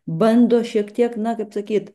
bando šiek tiek na kaip sakyt